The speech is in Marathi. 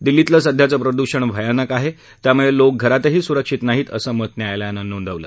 दिल्लीतलं सध्याचं प्रदूषण भयानक आहे त्यामुळे लोक घरातही सुरक्षित नाहीत असं मत न्यायालयानं नोंदवलं